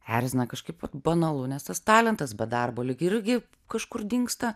erzina kažkaip banalu nes tas talentas be darbo lyg irgi kažkur dingsta